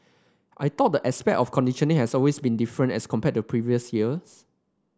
I thought the aspect of conditioning has always been different as compared to previous years